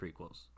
prequels